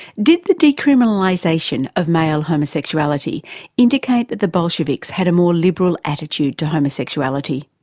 did the decriminalisation of male homosexuality indicate that the bolsheviks had a more liberal attitude to homosexuality?